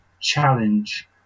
challenge